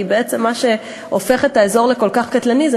כי בעצם מה שהופך את האזור לקטלני כל כך זה